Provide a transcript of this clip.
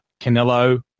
Canelo